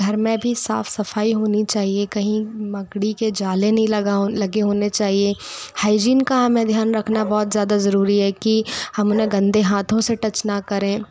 घर में भी साफ़ सफ़ाई होनी चाहिए कहीं मकड़ी के जाले नी लगा लगे होने चाहिए हाइजीन का हमें ध्यान रखना बहुत ज़्यादा ज़रूरी ऐ कि हम उन्हे गंदे हाथों से टच ना करें